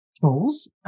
tools